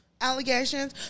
Allegations